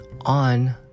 on